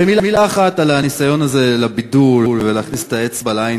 במילה אחת על הניסיון הזה לבידול ולהכניס את האצבע לעין